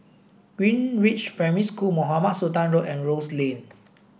Greenridge Primary School Mohamed Sultan Road and Rose Lane